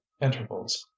intervals